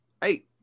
Hey